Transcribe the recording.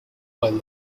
while